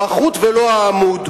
לא החוט ולא העמוד,